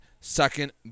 second